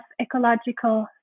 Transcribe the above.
ecological